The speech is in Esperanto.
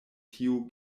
tiu